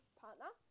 partner